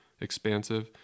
expansive